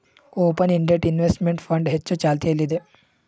open ended investment fund ಹೆಚ್ಚು ಚಾಲ್ತಿಯಲ್ಲಿದೆ